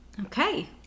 okay